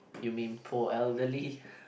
you mean poor elderly